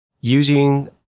Using